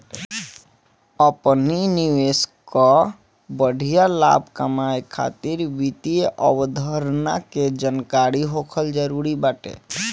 अपनी निवेश कअ बढ़िया लाभ कमाए खातिर वित्तीय अवधारणा के जानकरी होखल जरुरी बाटे